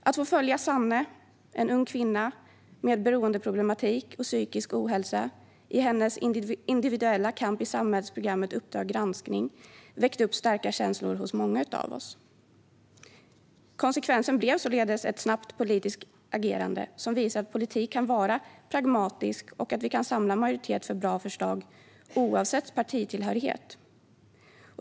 Att få följa Sanne, en ung kvinna med beroendeproblematik och psykisk ohälsa, i hennes individuella kamp i samhällsprogrammet Uppdrag granskning väckte starka känslor hos många av oss. Konsekvensen blev således ett snabbt politiskt agerande som visar att politik kan vara pragmatisk och att vi kan samla majoritet för bra förslag oavsett partitillhörighet.